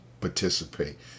participate